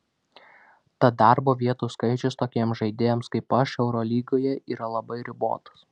tad darbo vietų skaičius tokiems žaidėjams kaip aš eurolygoje yra labai ribotas